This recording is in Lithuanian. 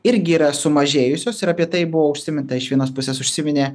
irgi yra sumažėjusios ir apie tai buvo užsiminta iš vienos pusės užsiminė